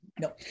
No